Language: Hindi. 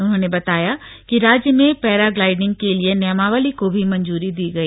उन्होंने बताया कि राज्य में पैराग्लाइडिंग के लिए नियमावली को भी मंजूरी दी गई